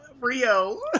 Rio